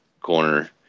corner